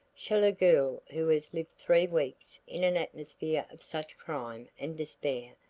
shall a girl who has lived three weeks in an atmosphere of such crime and despair,